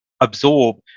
absorb